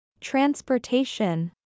Transportation